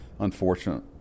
unfortunate